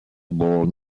born